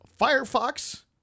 Firefox